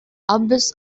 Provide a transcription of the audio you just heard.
abbess